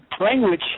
language